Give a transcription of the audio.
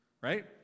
Right